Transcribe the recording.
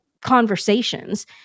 conversations